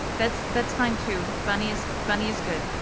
that's that's fine, too. bunny is bunny is good.